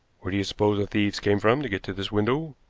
where do you suppose the thieves came from to get to this window?